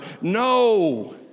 no